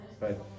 right